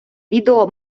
відео